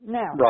now